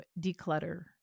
declutter